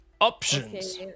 options